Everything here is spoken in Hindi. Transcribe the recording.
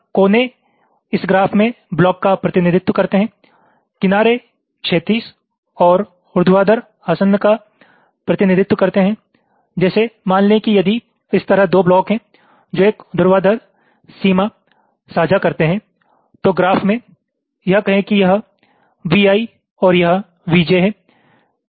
यहाँ कोने इस ग्राफ में ब्लॉक का प्रतिनिधित्व करते हैं किनारे क्षैतिज और ऊर्ध्वाधर आसन्न का प्रतिनिधित्व करते हैं जैसे मान लें कि यदि इस तरह 2 ब्लॉक हैं जो एक ऊर्ध्वाधर सीमा साझा करते हैं तो ग्राफ़ में यह कहें कि यह Vi है और यह Vj है